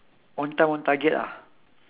own time own target ah